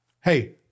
Hey